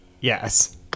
Yes